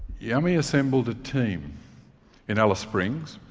yami assembled a team in alice springs.